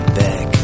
back